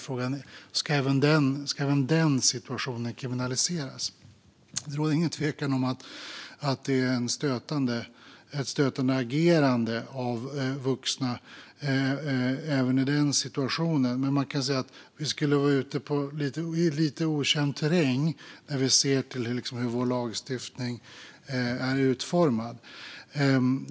Frågan är då: Ska även denna situation kriminaliseras? Det råder ingen tvekan om att det är ett stötande agerande av vuxna även i den situationen, men man kan säga att vi då skulle vara ute i lite okänd terräng sett till hur vår lagstiftning är utformad.